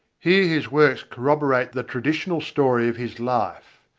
here his works corroborate the traditional story of his life.